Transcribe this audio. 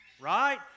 right